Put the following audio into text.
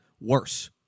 worse